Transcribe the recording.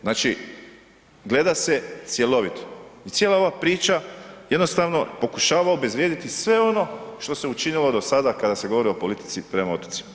Znači gleda se cjelovito i cijela ova priča jednostavno pokušava obezvrijediti sve ono što se učinilo do sada kada se govori o politici prema otocima.